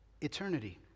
eternity